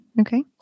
Okay